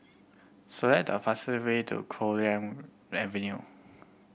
select the fastest way to Copeland Avenue